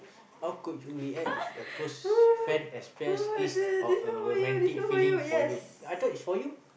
how could you react if a close friend express his or her romantic feeling for you I thought is for you